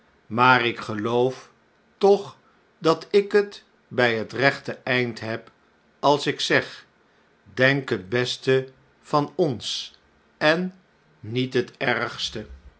maar ik geloof toch dat ik het bij het rechte eind heb als ik zeg denk het beste van ons en niet het ergste